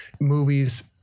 movies